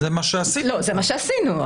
זה מה שעשיתם כבר.